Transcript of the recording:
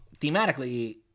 thematically